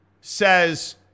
says